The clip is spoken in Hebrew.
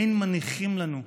אין מניחים לנו.